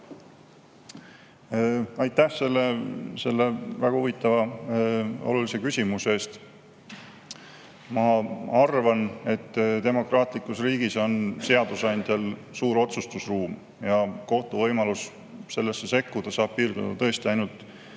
Aitäh selle väga huvitava olulise küsimuse eest! Ma arvan, et demokraatlikus riigis on seadusandjal suur otsustusruum ja kohtu võimalus sellesse sekkuda saab piirduda tõesti ainult